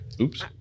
Oops